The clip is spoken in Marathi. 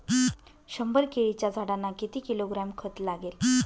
शंभर केळीच्या झाडांना किती किलोग्रॅम खत लागेल?